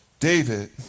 David